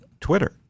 twitter